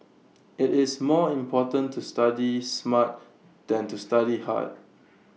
IT is more important to study smart than to study hard